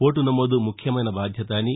vote నమోదు ముఖ్యమైన బాధ్యత అని